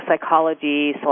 psychology